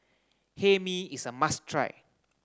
Hae Mee is a must try